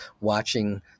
watching